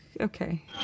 okay